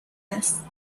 است